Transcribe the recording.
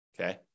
okay